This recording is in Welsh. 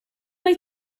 mai